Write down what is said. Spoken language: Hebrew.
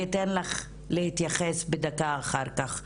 ואתן לך להתייחס בדקה אחר-כך.